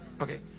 okay